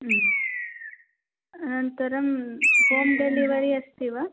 अनन्तरं होम्डेलिवरि अस्ति वा